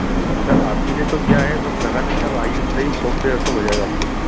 अरे भाई साहब आपके लिए तो क्या है अब लगा देंगे अब आइए तो सही शॉप पर और सब हो जाएगा आपको नई